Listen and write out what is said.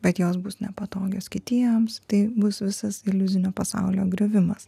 bet jos bus nepatogios kitiems tai bus visas iliuzinio pasaulio griovimas